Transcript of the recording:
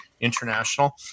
International